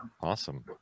Awesome